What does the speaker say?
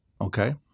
okay